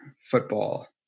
football